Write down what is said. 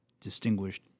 distinguished